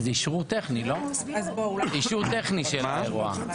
זה אישור טכני של האירוע.